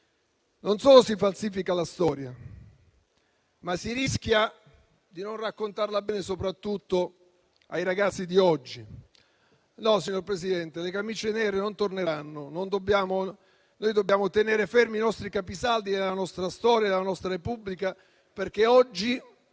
non solo si falsifica la storia, ma si rischia anche di non raccontarla bene soprattutto ai ragazzi di oggi. Signor Presidente, le camicie nere non torneranno. Dobbiamo tenere fermi i capisaldi della nostra storia e della nostra Repubblica, perché oggi